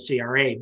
CRA